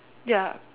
ya